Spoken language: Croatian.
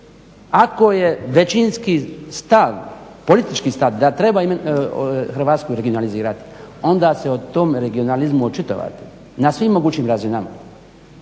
ako je većinski stav, politički stav da treba Hrvatsku regionalizirati onda se o tom regionalizmu očitovati na svim mogućim razinama,